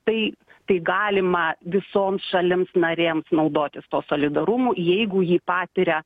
tai tai galima visoms šalims narėms naudotis tuo solidarumu jeigu ji patiria